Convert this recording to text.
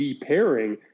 pairing